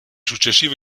successivo